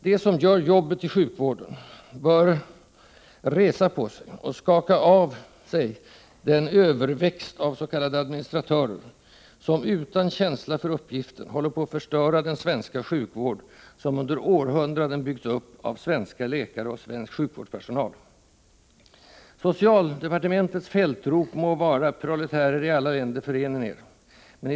De som gör jobbet i sjukvården bör resa på sig och skaka av den överväxt av s.k. administratörer som — utan känsla för uppgiften — håller på att förstöra den svenska sjukvård som under århundraden byggts upp av svenska läkare och svensk sjukvårdspersonal. Socialdepartementets fältrop må vara: ”Proletärer i alla länder förenen er!”.